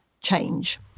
change